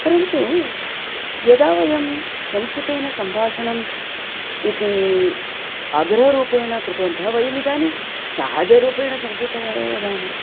परन्तु यदा वयं संस्कृतेन सम्भाषणम् इति अग्रहरूपेण कृतवन्तः वयमिदानीं सहजरूपेण संस्कृतया एव वदामः